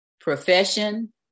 profession